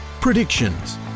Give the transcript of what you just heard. predictions